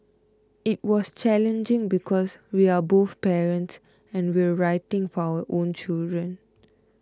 it was challenging because we are both parents and we're writing for our own children